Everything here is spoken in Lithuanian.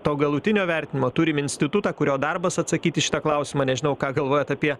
to galutinio vertinimo turim institutą kurio darbas atsakyt į šitą klausimą nežinau ką galvojat apie